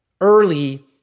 early